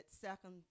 second